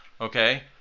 Okay